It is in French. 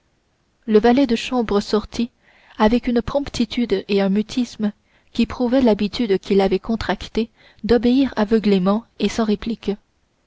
le valet de chambre sortit avec une promptitude et un mutisme qui prouvaient l'habitude qu'il avait contractée d'obéir aveuglément et sans réplique